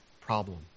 problem